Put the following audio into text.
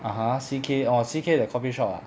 (uh huh) C_K orh C_K the coffee shop ah